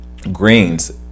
greens